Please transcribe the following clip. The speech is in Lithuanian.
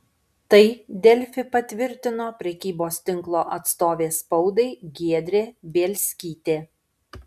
tai delfi patvirtino prekybos tinklo atstovė spaudai giedrė bielskytė